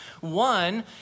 One